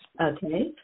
Okay